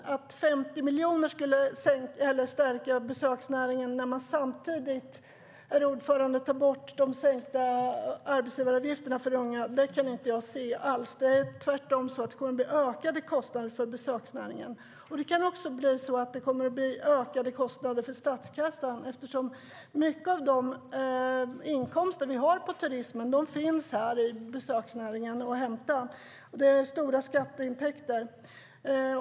Men att 50 miljoner skulle stärka besöksnäringen när man samtidigt tar bort de sänkta arbetsgivaravgifterna för unga kan jag inte se är möjligt. Tvärtom kommer det att bli ökade kostnader för besöksnäringen. Det kan också bli ökade kostnader för statskassan, eftersom mycket av de inkomster som vi har från turismen kommer från besöksnäringen. Det handlar om stora skatteintäkter.